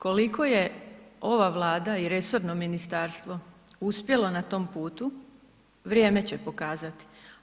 Koliko je ova Vlada i resorno ministarstvo uspjelo na tom putu, vrijeme će pokazati.